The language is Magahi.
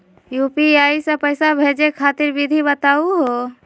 यू.पी.आई स पैसा भेजै खातिर विधि बताहु हो?